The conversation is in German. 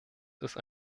ist